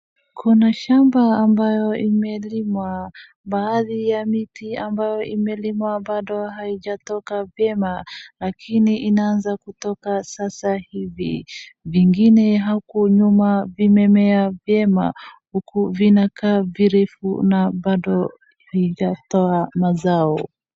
Kuna shamba ambayo imelimwa. Baadhi ya miti ambayo imelimwa bado haijatoka vyema lakini inaanza kutoka sasa hivi. Vingine huku nyuma vimemea vyema uku vinakaa virefu na bado vijatoa mazao.